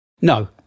No